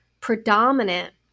predominant